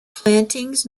plantings